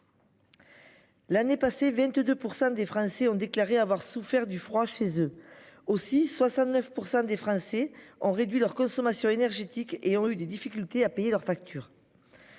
L'année passée, 22% des Français ont déclaré avoir souffert du froid chez eux aussi. 69% des Français ont réduit leur consommation énergétique et ont eu des difficultés à payer leur facture.